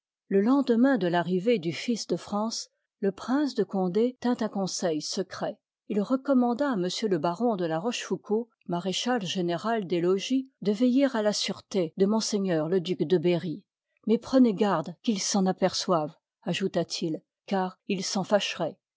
le lendemain de l'arrivée du fils de france le prince de condé tint un conseil secret il recommanda à m le baron de la rochefoucauld maréchal général des logis de veiller à la sûreté de ms le duc de berry mais prenez garde qu'il s'en aperçoive ajouta-t-il car il s'en fâcheroit